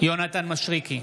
יונתן מישרקי,